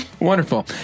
Wonderful